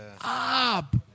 up